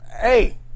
Hey